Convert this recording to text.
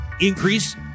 increase